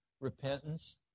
repentance